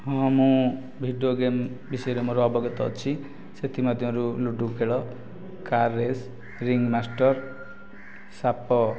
ହଁ ମୁଁ video game ବିଷୟରେ ମୋର ଅବଗତ ଅଛି ସେଥିମଧ୍ୟରୁ ଲୁଡ଼ୁ ଖେଳ କାର୍ ରେସ୍ ରିଂ ମାଷ୍ଟର ସାପ